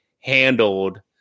handled